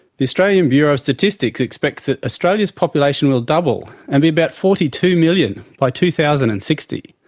the australian bureau of statistics expects that australia's population will double, and be about forty two million, by two thousand and sixty.